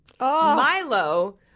Milo